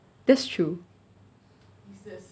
that's true